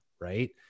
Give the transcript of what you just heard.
Right